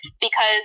because-